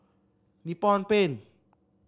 Nippon Paint